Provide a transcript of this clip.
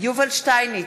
יובל שטייניץ,